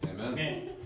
Amen